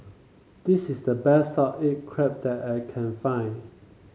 this is the best salt egg crab that I can find